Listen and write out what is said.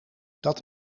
dat